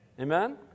Amen